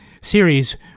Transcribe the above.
series